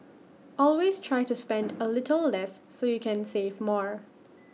always try to spend A little less so you can save more